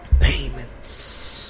payments